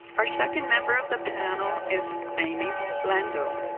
our second member of the panel is amy landau.